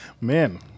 man